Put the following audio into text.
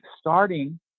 starting